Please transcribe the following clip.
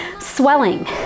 swelling